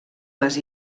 les